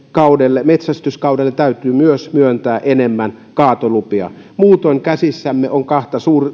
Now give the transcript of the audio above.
metsästyskaudelle täytyy myös myöntää enemmän kaatolupia muutoin käsissämme on kahta